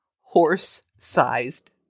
horse-sized